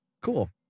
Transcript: cool